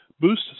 boost